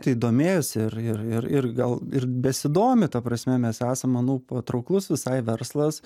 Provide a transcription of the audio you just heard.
tai domėjosi ir ir ir gal ir besidomi ta prasme mes esam manau patrauklus visai verslas